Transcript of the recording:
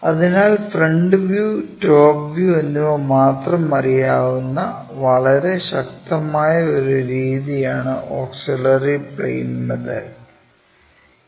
അതിനാൽ front view top view എന്നിവ മാത്രം അറിയാവുന്ന വളരെ ശക്തമായ ഒരു രീതിയാണ് ഓക്സിലറി പ്ലെയിൻ മെത്തേഡ്